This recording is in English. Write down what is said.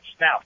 Now